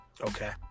Okay